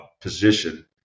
position